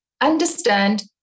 understand